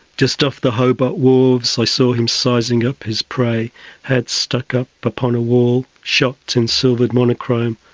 just off the hobart wharves i saw him sizing up his prey head stuck up but up on a wall shot in silvered monochrome,